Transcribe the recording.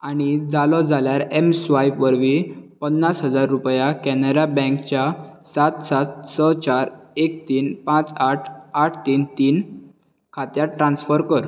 आनी जालो जाल्या एम स्वाइप वरवीं पन्नास हजार रूपया कॅनरा बँकेच्या सात सात स चार एक तीन पांच आठ आठ तीन तीन खात्यांत ट्रान्सफर कर